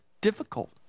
difficult